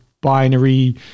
binary